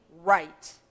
right